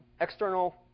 external